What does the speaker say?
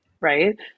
right